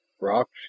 Rocks